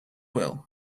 will